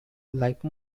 like